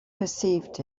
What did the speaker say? perceived